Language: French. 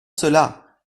cela